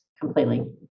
completely